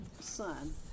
son